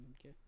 Okay